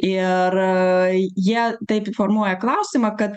ir a jie taip formuoja klausimą kad